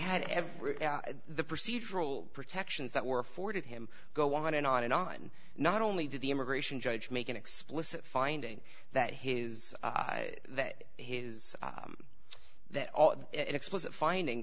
had every the procedural protections that were afforded him go on and on and on not only did the immigration judge make an explicit finding that his that his that explicit finding